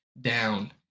down